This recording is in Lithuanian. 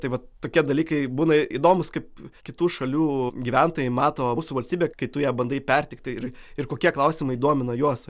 tai vat tokie dalykai būna įdomūs kaip kitų šalių gyventojai mato mūsų valstybę kai tu ją bandai perteikti ir ir kokie klausimai domina juos